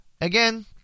Again